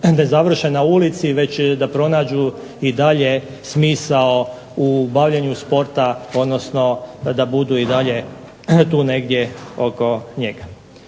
ne završe na ulici, već da pronađu i dalje smisao u bavljenju sporta odnosno da budu dalje negdje oko njega.